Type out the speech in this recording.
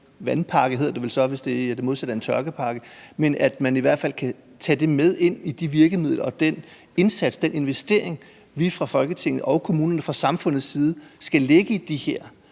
vandpakke, som det vel så hedder, hvis det er det modsatte af en tørkepakke, men at man i hvert fald kan tage det med ind blandt de virkemidler og den indsats, den investering, vi fra Folketingets, fra kommunernes og fra samfundets side skal lægge i det her.